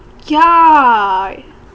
yeah